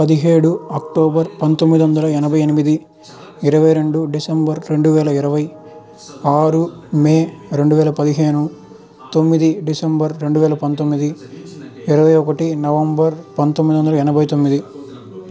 పదిహేడు అక్టోబర్ పంతొమ్మిది వందల ఎనభై ఎనిమిది ఇరవై రెండు డిసెంబర్ రెండు వేల ఇరవై ఆరు మే రెండు వేల పదిహేను తొమ్మిది డిసంబర్ రెండు వేల పంతొమ్మిది ఇరవై ఒకటి నవంబర్ పంతొమ్మిదొందల ఎనభై తొమ్మిది